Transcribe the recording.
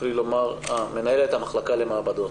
מנהלת המחלקה למעבדות.